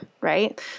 right